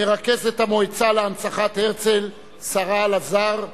מרכזת המועצה להנצחת זכרו של הרצל שרה לזר,